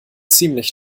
ziemlich